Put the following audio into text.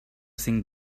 cinc